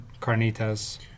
carnitas